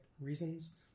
reasons